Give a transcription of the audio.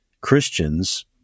Christians